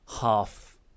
half